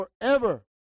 forever